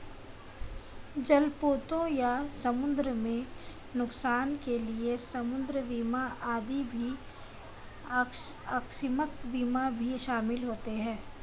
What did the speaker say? जलपोतों या समुद्र में नुकसान के लिए समुद्र बीमा आदि भी आकस्मिक बीमा में शामिल होते हैं